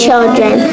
children